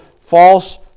false